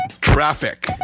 traffic